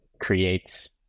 creates